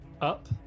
up